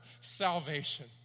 salvation